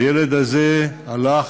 הילד הזה הלך,